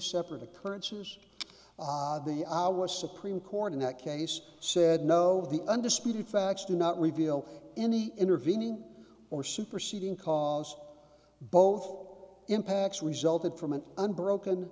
separate occurrences our supreme court in that case said no the undisputed facts do not reveal any intervening or superseding cause both impacts resulted from an unbroken